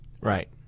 Right